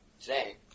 today